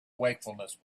wakefulness